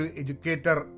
educator